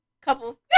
Couple